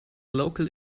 local